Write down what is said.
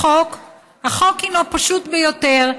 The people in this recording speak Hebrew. החוק הוא פשוט ביותר.